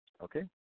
Okay